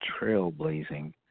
trailblazing